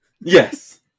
yes